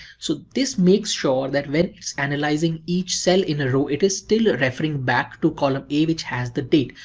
so this makes sure that when analyzing each cell in a row, it is still referring back to column a which has the date.